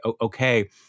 Okay